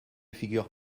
figure